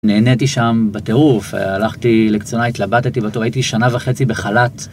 נהניתי שם בטירוף, הלכתי לקצונה, התלבטתי בתור... הייתי שנה וחצי בחל"ת.